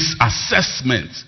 assessment